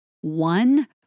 one